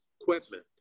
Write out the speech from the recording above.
equipment